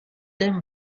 them